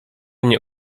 nie